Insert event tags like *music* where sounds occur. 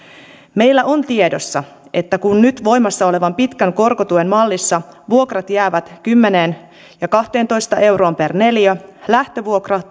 meillä on tiedossa että kun nyt voimassa olevan pitkän korkotuen mallissa vuokrat jäävät kymmenen ja kahteentoista euroon per neliö lähtövuokra *unintelligible*